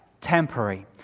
temporary